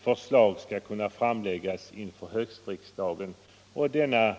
förslag skall kunna framläggas inför höstriksdagen och den